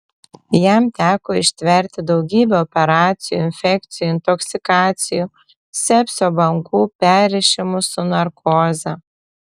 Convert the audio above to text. jam teko ištverti daugybę operacijų infekcijų intoksikacijų sepsio bangų perrišimų su narkoze